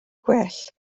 gwell